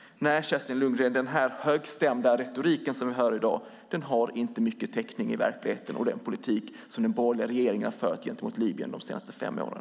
Nej, Kerstin Lundgren, den högstämda retoriken som vi hör här i dag har inte mycket täckning i verkligheten liksom den politik som den borgerliga regeringen de senaste fem åren fört gentemot Libyen!